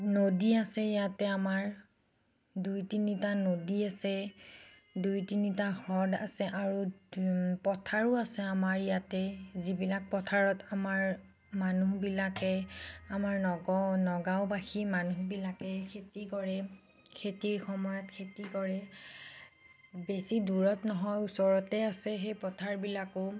নদী আছে ইয়াতে আমাৰ দুই তিনিটা নদী আছে দুই তিনিটা হ্ৰদ আছে আৰু পথাৰো আছে আমাৰ ইয়াতে যিবিলাক পথাৰত আমাৰ মানুহবিলাকে আমাৰ নগও নগাঁওবাসী মানুহবিলাকে খেতি কৰে খেতিৰ সময়ত খেতি কৰে বেছি দূৰত নহয় ওচৰতে আছে সেই পথাৰবিলাকো